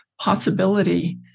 possibility